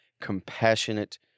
compassionate